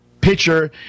pitcher